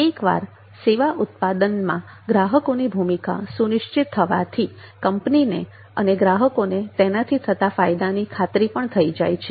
એકવાર સેવા ઉત્પાદનમાં ગ્રાહકોની ભૂમિકા સુનિશ્ચિત થવાથી કંપનીને અને ગ્રાહકોને તેનાથી થતા ફાયદાની ખાતરી પણ થઈ જાય છે